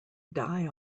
die